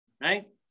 right